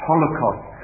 Holocaust